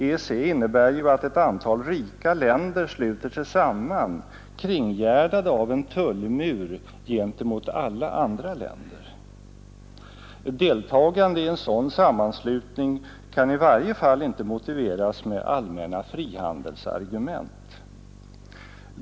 EEC innebär ju att ett antal rika länder sluter sig samman, kringgärdade av en tullmur gentemot alla andra länder. Deltagande i en sådan sammanslutning kan i varje fall inte motiveras med allmänna frihandelsargument.